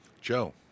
Joe